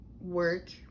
work